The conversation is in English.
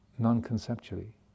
Non-conceptually